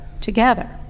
together